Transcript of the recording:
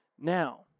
Now